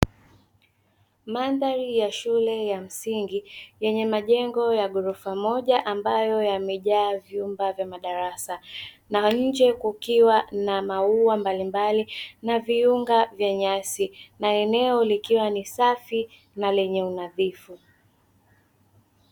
Mandhari ya shule ya msingi yenye majengo ya ghorofa moja ambayo yamejaa vyumba vya madarasa, na nje kukiwa na maua mbalimbali na viunga vya nyasi na eneo likiwa ni safi na lenye unadhifu.